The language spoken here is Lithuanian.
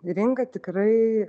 rinka tikrai